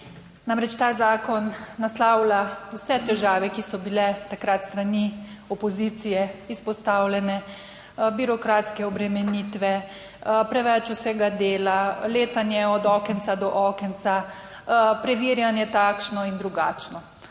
Namreč ta zakon naslavlja vse težave, ki so bile takrat s strani opozicije izpostavljene, birokratske obremenitve. Preveč vsega dela, letanje od okenca do okenca, preverjanje, takšno in drugačno,